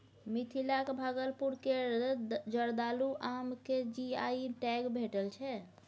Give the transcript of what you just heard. मिथिलाक भागलपुर केर जर्दालु आम केँ जी.आई टैग भेटल छै